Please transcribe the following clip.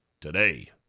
today